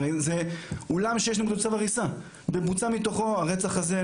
הרי זה אולם שיש נגדו צו הריסה ובוצע מתוכו הרצח הזה,